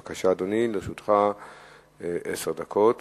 בבקשה, אדוני, לרשותך עשר דקות